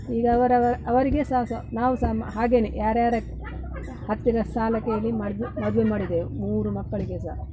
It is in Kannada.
ಈಗ ಅವರವರ ಅವರಿಗೆ ಸಾಕು ನಾವು ಸಮ ಹಾಗೆಯೇ ಯಾರ್ಯಾರ ಹತ್ತಿರ ಸಾಲ ಕೇಳಿ ಮದ್ವೆ ಮದುವೆ ಮಾಡಿದೆವು ಮೂರು ಮಕ್ಕಳಿಗೆ ಸಹ